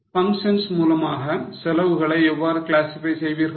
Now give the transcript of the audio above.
So functions மூலமாக செலவுகளை எவ்வாறு கிளாசிஃபை செய்வீர்கள்